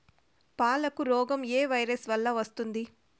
పాలకు రోగం ఏ వైరస్ వల్ల వస్తుంది?